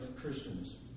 Christians